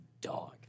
dog